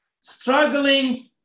struggling